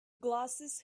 glasses